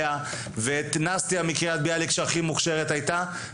ואותה מקריית ביאליק שהייתה מוכשרת,